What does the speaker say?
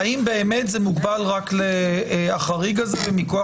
והאם באמת זה מוגבל רק להחריג הזה מכוח